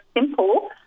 simple